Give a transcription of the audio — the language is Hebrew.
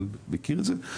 אני מכיר את זה,